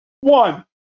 one